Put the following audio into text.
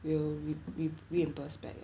will re~ re~ reimburse back